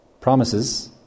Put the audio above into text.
promises